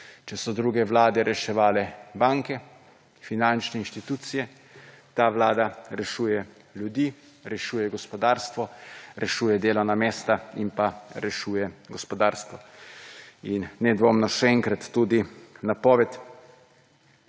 Če so druge vlade reševale banke, finančne inštitucije, ta vlada rešuje ljudi, rešuje gospodarstvo, rešuje delovna mesta in pa rešuje gospodarstvo. In nedvomno še enkrat tudi napoved